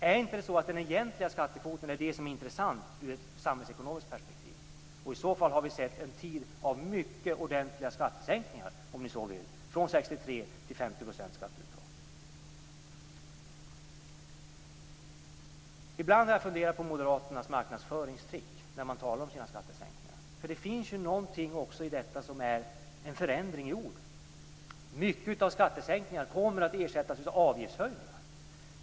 Är det inte så att det är den egentliga skattekvoten som är intressant ur ett samhällsekonomiskt perspektiv? I så fall har vi sett en tid av mycket ordentliga skattesänkningar - från 63 % till När moderaterna talat om sina skattesänkningar har jag ibland funderat på deras marknadsföringstrick. Det har skett en förändring i ord. Många av skattesänkningarna kommer att paras med avgiftshöjningar.